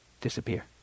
disappear